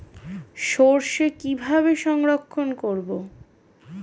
সরষে কিভাবে সংরক্ষণ করব?